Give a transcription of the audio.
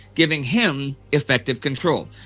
giving him effective control,